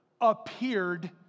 appeared